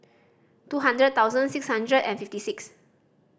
two hundred thousand six hundred and fifty six